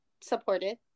supported